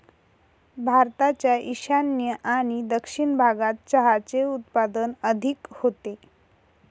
भारताच्या ईशान्य आणि दक्षिण भागात चहाचे उत्पादन अधिक होते